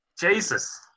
Jesus